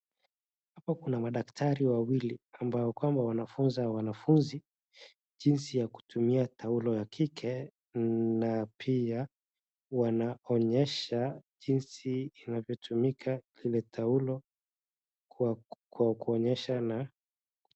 Hapo kuna madaktari wawili ambao kwamba wanafunza wanafunzi jinsi ya kutumia taulo ya kike na pia wanaonyesha jinsi inavyotumika ile taulo kwa kuonyesha na.